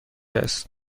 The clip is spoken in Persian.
است